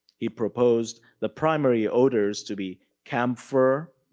he proposed the primary odors to be camphor,